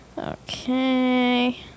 Okay